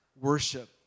worship